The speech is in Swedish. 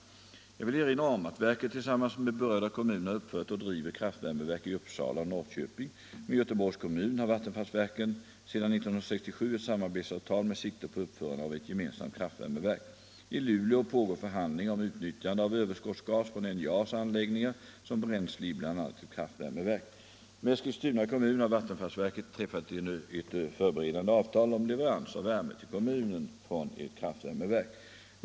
Jag vill — ningen, m.m. erinra om att verket tillsammans med berörda kommuner har uppfört och driver kraftvärmeverk i Uppsala och Norrköping. Med Göteborgs Om hanteringen av kommun har vattenfallsverket sedan 1967 ett samarbetsavtal med sikte = radioaktivt avfall, på uppförande av ett gemensamt kraftvärmeverk. I Luleå pågår förhand = m.m. lingar om utnyttjande av överskottsgas från NJA:s anläggningar som bränsle i bl.a. ett kraftvärmeverk. Med Eskilstuna kommun har vattenfallsverket träffat ett förberedande avtal om leverans av värme till kommunen från ett kraftvärmeverk.